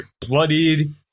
bloodied